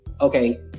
okay